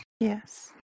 Yes